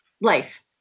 life